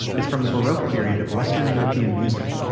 it's from the baroque period of western european music.